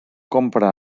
compra